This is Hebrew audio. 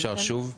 אפשר שוב?